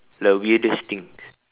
the weirdest thing